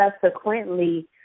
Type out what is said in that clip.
subsequently